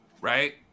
right